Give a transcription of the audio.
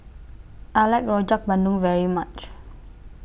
I like Rojak Bandung very much